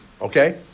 Okay